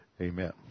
amen